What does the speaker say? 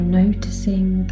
noticing